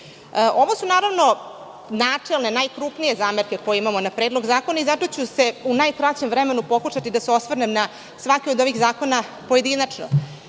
ovo su načelne, najkrupnije zamerke koje imamo na Predlog zakona i zato ću u najkraćem vremenu pokušati da se osvrnem na svaki od ovih zakona pojedinačno. Kada